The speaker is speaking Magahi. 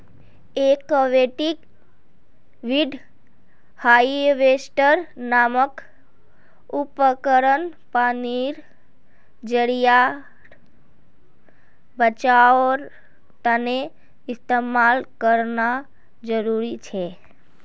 एक्वेटिक वीड हाएवेस्टर नामक उपकरण पानीर ज़रियार बचाओर तने इस्तेमाल करना ज़रूरी छे